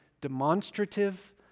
demonstrative